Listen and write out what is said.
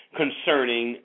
concerning